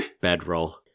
bedroll